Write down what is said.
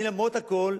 למרות הכול,